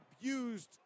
abused